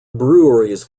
breweries